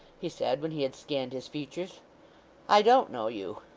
he said when he had scanned his features i don't know you